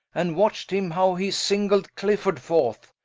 and watcht him how he singled clifford forth.